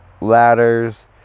ladders